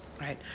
Right